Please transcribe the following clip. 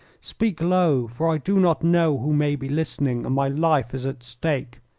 speak low, for i do not know who may be listening, and my life is at stake.